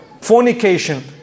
fornication